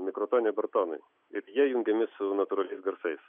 mikrotoniai bartonai ir jie jungiami su natūraliais garsais